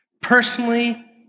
Personally